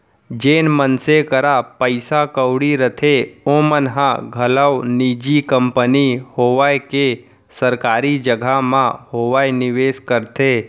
जेन मनसे करा पइसा कउड़ी रथे ओमन ह घलौ निजी कंपनी होवय के सरकारी जघा म होवय निवेस करथे